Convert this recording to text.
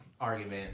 argument